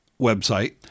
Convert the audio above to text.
website